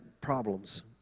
problems